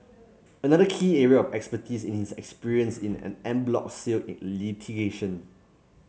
another key area of expertise in his experience in en bloc sale litigation